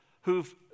who've